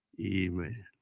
Amen